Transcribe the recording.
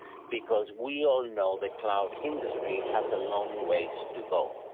because we all know the cloud industry has a long ways to go.